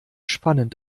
spannend